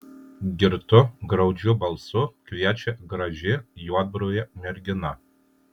girtu graudžiu balsu kviečia graži juodbruvė mergina